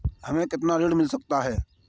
हमें कितना ऋण मिल सकता है?